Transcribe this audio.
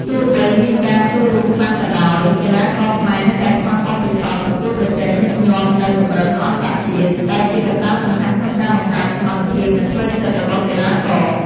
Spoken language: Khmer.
ទោះបីមានការចូលរួមខ្លះក៏ដោយ កីឡាករខ្មែរនៅតែខ្វះបទពិសោធន៍ប្រកួតប្រជែងញឹកញាប់នៅកម្រិតអន្តរជាតិ ដែលជាកត្តាសំខាន់ក្នុងការបង្កើនសមត្ថភាព និងផ្លូវចិត្តរបស់កីឡាករ ។